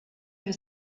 für